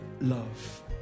love